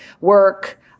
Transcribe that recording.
work